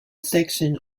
section